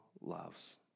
loves